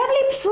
תן לי בשורה.